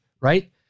right